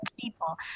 people